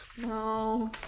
No